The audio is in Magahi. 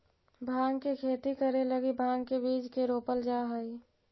भाँग के खेती करे लगी भाँग के बीज के रोपल जा हई